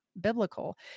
biblical